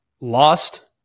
lost